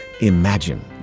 Imagine